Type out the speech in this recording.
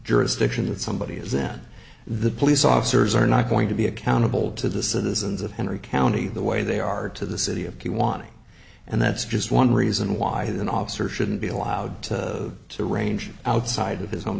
jurisdiction that somebody is that the police officers are not going to be accountable to the citizens of henry county the way they are to the city of tijuana and that's just one reason why the officer shouldn't be allowed to range outside of his own